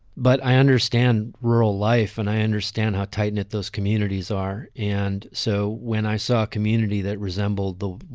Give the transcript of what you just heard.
but i understand rural life and i understand how tight knit those communities are. and so when i saw a community that resembled the,